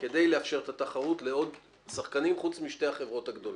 כדי לאפשר את התחרות לעוד שחקנים חוץ משתי החברות הגדולות.